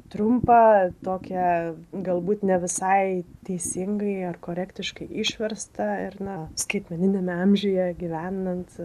trumpą tokią galbūt ne visai teisingai ar korektiškai išverstą ir na skaitmeniniame amžiuje gyvenant